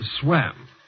swam